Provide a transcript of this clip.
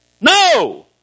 No